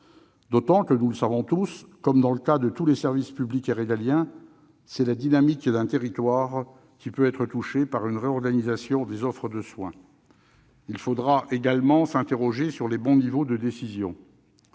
d'autant que, nous le savons tous, comme dans le cas de tous les services publics et régaliens, c'est la dynamique d'un territoire qui peut être touchée par une réorganisation des offres de soins. Il faudra également s'interroger sur les bons niveaux de décision.